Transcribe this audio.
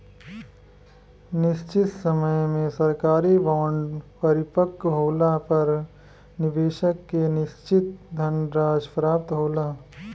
निशचित समय में सरकारी बॉन्ड परिपक्व होला पर निबेसक के निसचित धनराशि प्राप्त होला